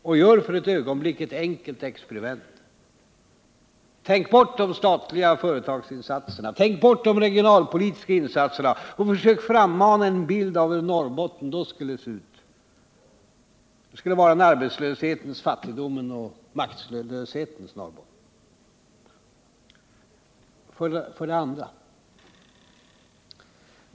Och gör för ett ögonblick ett enkelt experiment: Tänk bort de statliga företagsinsatserna, tänk bort de regionalpolitiska insatserna och försök att frammana en bild av hur Norrbotten då skulle se ut. Det skulle vara ett arbetslöshetens, fattigdomens och maktlöshetens Norrbotten. 2.